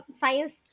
science